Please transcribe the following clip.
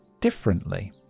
differently